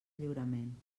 lliurement